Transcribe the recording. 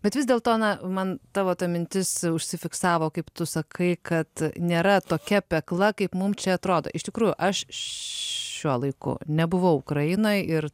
bet vis dėlto na man tavo ta mintis užsifiksavo kaip tu sakai kad nėra tokia pekla kaip mum čia atrodo iš tikrųjų aš šiuo laiku nebuvau ukrainoj ir